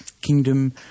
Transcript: kingdom